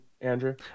Andrew